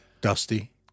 Dusty